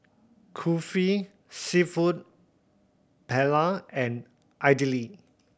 Kulfi Seafood Paella and Idili